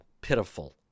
pitiful